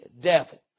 devil